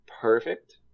perfect